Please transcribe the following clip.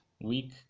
week